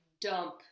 dump